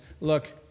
Look